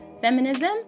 Feminism